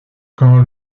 quand